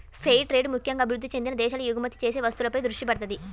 fair trade ముక్కెంగా అభివృద్ధి చెందిన దేశాలకు ఎగుమతి చేసే వస్తువులపై దృష్టి పెడతది